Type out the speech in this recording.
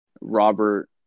robert